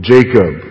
Jacob